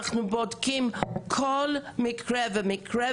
אנחנו בודקים כל מקרה ומקרה,